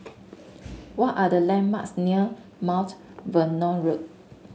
what are the landmarks near Mount Vernon Road